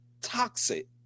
toxic